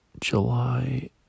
July